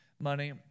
money